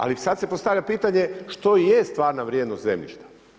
Ali sada se postavlja pitanje, što je stvarna vrijednost zemljišta.